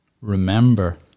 remember